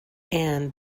and